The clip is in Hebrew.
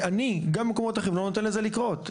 אני גם במקומות אחרים לא נותן לזה לקרות.